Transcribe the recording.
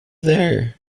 there